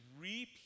repeat